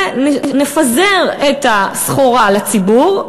ונפזר את הסחורה לציבור,